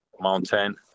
mountain